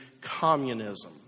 communism